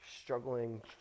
struggling